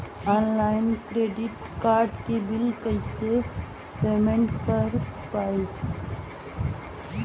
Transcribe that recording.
Online credit card के bill कइसे payment कर पाएम?